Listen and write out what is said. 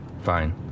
Fine